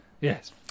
Yes